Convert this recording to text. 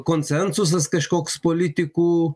konsensusas kažkoks politikų